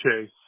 chase